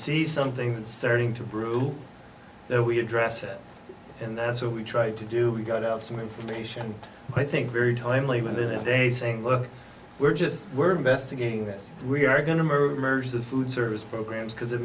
see something that's starting to brew there we address it and that's what we try to do we got out some information i think very timely with their day saying look we're just we're investigating this we are going to move merge the food service programs because it